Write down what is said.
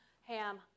Ham